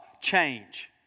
change